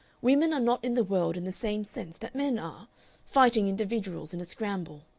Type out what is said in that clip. women are not in the world in the same sense that men are fighting individuals in a scramble.